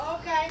okay